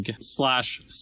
slash